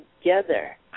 together